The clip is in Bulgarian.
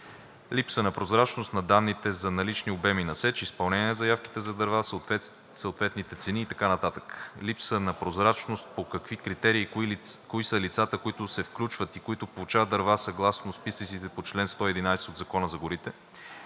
липса на прозрачност на данните за налични обеми за сеч, изпълнение на заявките за дърва, съответните цени и т.н.; – липса на прозрачност по какви критерии и кои са лицата, които се включват и които получават дърва съгласно списъците по чл. 111 от Закона за горите;